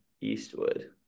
eastwood